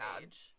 age